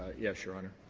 yes, your honor.